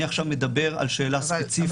אני עכשיו מדבר על שאלה ספציפית.